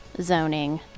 zoning